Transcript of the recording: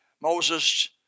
Moses